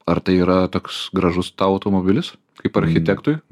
ar tai yra toks gražus tau automobilis kaip architektui